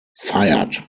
fired